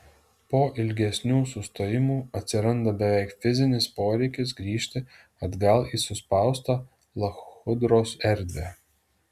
po ilgesnių sustojimų atsiranda beveik fizinis poreikis grįžti atgal į suspaustą lachudros erdvę